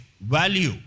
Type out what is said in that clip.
value